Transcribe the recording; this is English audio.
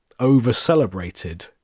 over-celebrated